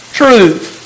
truth